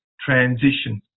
transition